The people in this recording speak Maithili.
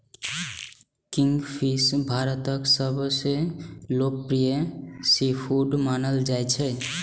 किंगफिश भारतक सबसं लोकप्रिय सीफूड मानल जाइ छै